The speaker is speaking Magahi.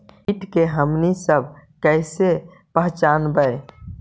किट के हमनी सब कईसे पहचनबई?